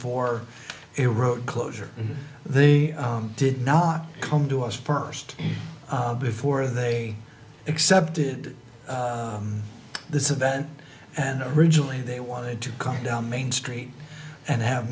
for a road closure they did not come to us first before they accepted this event and originally they wanted to come down main street and have